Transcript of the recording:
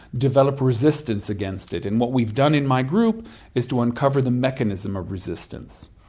develop resistance against it. and what we've done in my group is to uncover the mechanism of resistance.